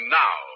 now